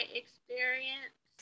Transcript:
experience